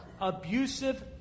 abusive